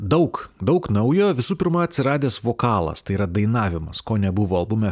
daug daug naujo visų pirma atsiradęs vokalas tai yra dainavimas ko nebuvo albume